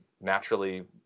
naturally